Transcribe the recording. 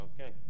Okay